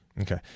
Okay